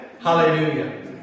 Hallelujah